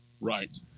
Right